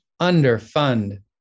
underfund